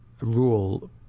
rule